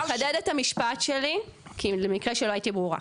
אני אחדד את המשפט שלי, כי למקרה שלא הייתי ברורה,